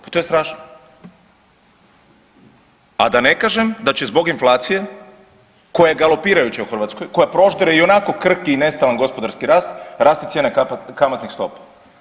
Pa to je strašno, a da ne kažem da će zbog inflacije koja je galopirajuća u Hrvatskoj koja proždire i onako krhki i nestalan gospodarski rast, raste cijena kamatnih stopa.